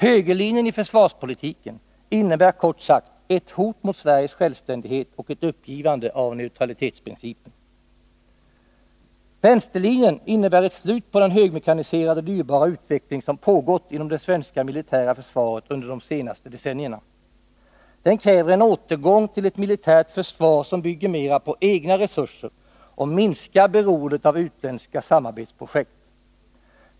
Högerlinjen i försvarspolitiken innebär kort sagt ett hot mot Sveriges självständighet och ett uppgivande av neutralitetsprincipen. Vänsterlinjen innebär ett slut på den högmekaniserade, dyrbara utveckling som pågått inom det svenska militära försvaret under de senaste decennierna. Den kräver en återgång till ett militärt försvar som bygger mera på egna resurser och minskar beroendet av utländska samarbetsprojekt.